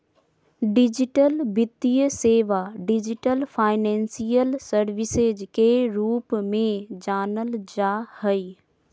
digital वित्तीय सेवा, digital financial services के रूप में जानल जा हइ